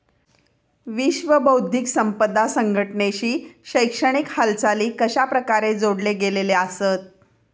विश्व बौद्धिक संपदा संघटनेशी शैक्षणिक हालचाली कशाप्रकारे जोडले गेलेले आसत?